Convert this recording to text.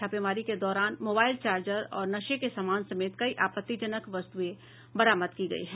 छापेमारी के दौरान मोबाइल चार्जर और नशे के सामान समेत कई आपत्तिजनक वस्तुएं बरामद की गयी हैं